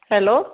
hello